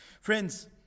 Friends